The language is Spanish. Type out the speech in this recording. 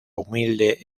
humilde